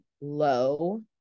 low